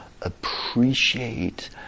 appreciate